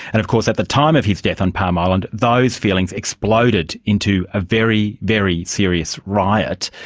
and of course at the time of his death on palm island, those feelings exploded into a very, very serious riot,